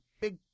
big